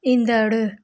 ईंदड़